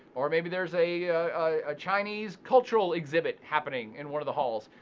or maybe there's a chinese cultural exhibit happening in one of the halls.